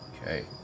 Okay